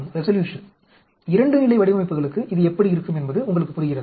2 நிலை வடிவமைப்புகளுக்கு இது எப்படி இருக்கும் என்பது உங்களுக்கு புரிகிறதா